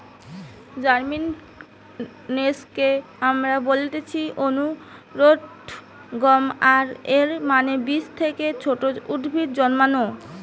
জার্মিনেশনকে আমরা বলতেছি অঙ্কুরোদ্গম, আর এর মানে বীজ থেকে ছোট উদ্ভিদ জন্মানো